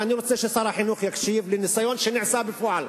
ואני רוצה ששר החינוך יקשיב לניסיון שנעשה בפועל.